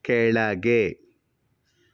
ಕೆಳಗೆ